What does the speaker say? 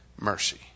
mercy